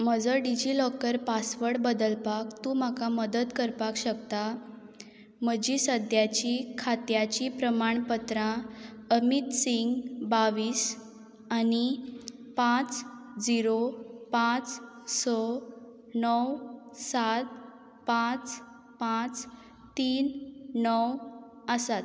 म्हजो DigiLocker password बदलपाक तूं म्हाका मदत करपाक शकता म्हजीं सद्याचीं खात्याचीं प्रमाणपत्रां अमीत सिंग बावीस आनी पांच झिरो पांच स णव सात पांच पांच तीन णव आसात